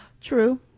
True